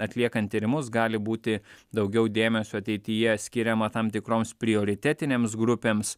atliekant tyrimus gali būti daugiau dėmesio ateityje skiriama tam tikroms prioritetinėms grupėms